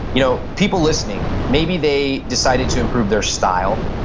you know, people listening maybe they decided to improve their style,